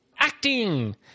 acting